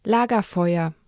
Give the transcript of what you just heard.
Lagerfeuer